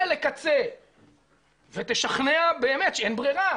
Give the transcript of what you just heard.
לקצה ותשכנע באמת שאין ברירה,